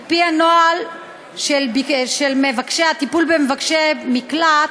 על-פי נוהל הטיפול במבקשי מקלט,